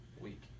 week